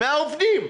מהעובדים.